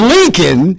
Lincoln